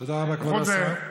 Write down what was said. תודה רבה, כבוד השר.